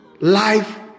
Life